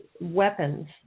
weapons